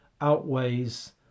outweighs